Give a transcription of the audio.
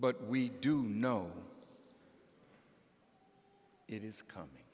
but we do know it is coming